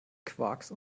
quarks